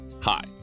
hi